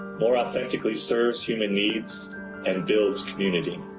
more authentically serves human needs and builds community.